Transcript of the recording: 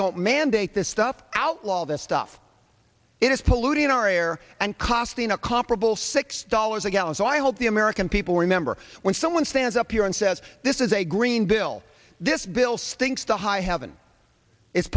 don't mandate this stuff outlaw all this stuff it is polluting our air and costing a comparable six dollars a gallon so i hope the american people remember when someone stands up here and says this is a green bill this bill stinks to high heaven it's